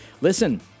listen